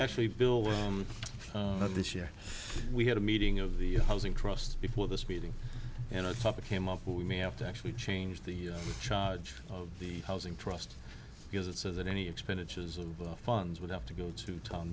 actually building this year we had a meeting of the housing trust before this meeting and a topic came up we may have to actually change the charge of the housing trust because it says that any expenditures of funds would have to go to town